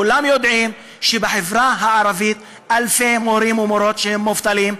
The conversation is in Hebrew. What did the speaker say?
כולם יודעים שבחברה הערבית אלפי מורים ומורות מובטלים.